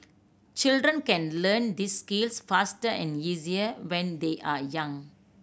children can learn these skills faster and easier when they are young